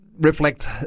reflect